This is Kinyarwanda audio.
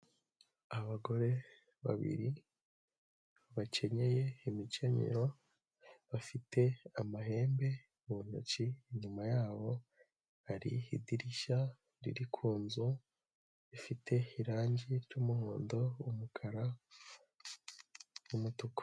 Abagore babiri bakenyeye imikenyero bafite amahembe mu ntoki, inyuma yabo hari idirishya riri ku nzu rifite irange ry'umuhondo, umukara n'umutuku.